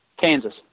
Kansas